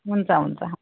हुन्छ हुन्छ